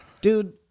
Dude